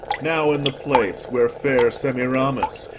now in the place, where fair semiramis,